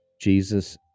Jesus